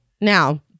Now